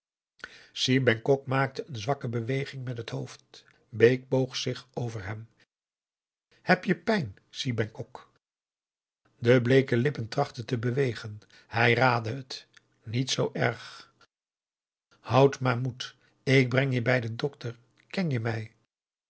dessa si bengkok maakte een zwakke beweging met het hoofd bake boog zich over hem heen heb je pijn si bengkok de bleeke lippen trachtten te bewegen hij raadde het niet zoo erg houd maar moed ik breng je bij den dokter ken je me